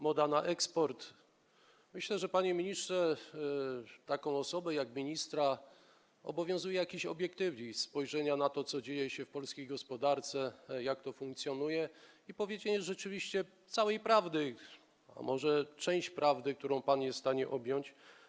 Moda na eksport, myślę, że panie ministrze, taką osobę jak ministra obowiązuje jakiś obiektywizm spojrzenia na to, co dzieje się w polskiej gospodarce, jak to funkcjonuje i powiedzenie rzeczywiście całej prawdy, a może części prawdy, którą pan jest w stanie objąć.